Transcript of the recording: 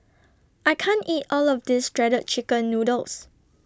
I can't eat All of This Shredded Chicken Noodles